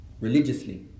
Religiously